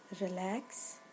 relax